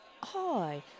hi